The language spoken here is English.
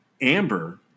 Amber